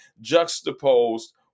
juxtaposed